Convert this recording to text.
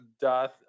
Doth